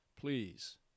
Please